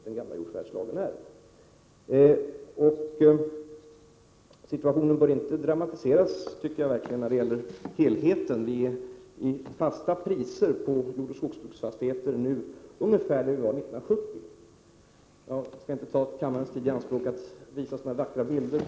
Jag anser verkligen att situationen inte bör dramatiseras när det gäller helheten. Priserna i fast penningvärde är i stort sett desamma nu som de var 1970.